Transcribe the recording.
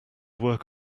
work